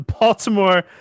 Baltimore